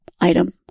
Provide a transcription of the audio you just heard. item